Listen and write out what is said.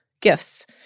gifts